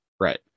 Right